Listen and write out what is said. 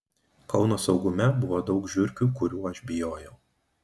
kauno saugume buvo daug žiurkių kurių aš bijojau